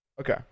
Okay